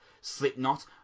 Slipknot